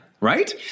right